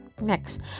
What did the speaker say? Next